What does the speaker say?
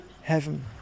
heaven